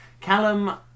Callum